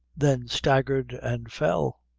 then staggered and fell.